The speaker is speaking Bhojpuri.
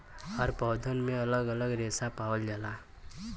हर पौधन में अलग अलग रेसा पावल जाला